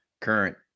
current